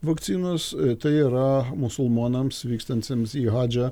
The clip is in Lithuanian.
vakcinos tai yra musulmonams vykstantiems į hadžą